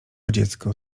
dziecko